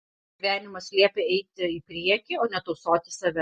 gyvenimas liepia eiti į priekį o ne tausoti save